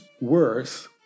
worth